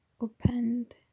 opened